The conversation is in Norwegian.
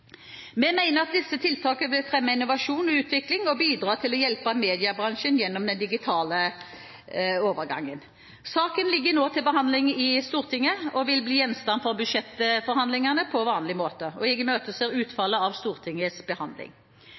Vi mener at disse tiltakene vil fremme innovasjon og utvikling og bidra til å hjelpe mediebransjen gjennom den digitale overgangen. Saken ligger nå til behandling i Stortinget, og vil bli gjenstand for budsjettforhandlinger på vanlig måte. Jeg imøteser utfallet av Stortingets behandling.